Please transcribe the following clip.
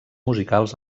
musicals